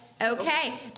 Okay